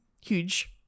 huge